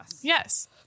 Yes